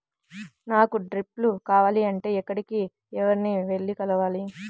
నాకు డ్రిప్లు కావాలి అంటే ఎక్కడికి, ఎవరిని వెళ్లి కలవాలి?